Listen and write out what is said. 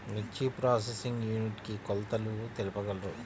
మిర్చి processing unit కి కొలతలు తెలుపగలరు?